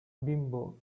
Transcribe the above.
bimbo